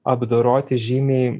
apdoroti žymiai